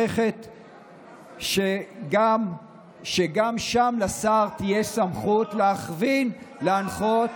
גם שם תהיה לשר סמכות להכווין, להנחות,